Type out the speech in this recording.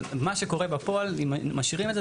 אבל מה שקורה בפועל אם משאירים את זה,